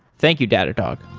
thank you, datadog